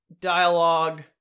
dialogue